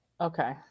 Okay